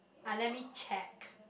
ah let me check